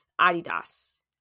Adidas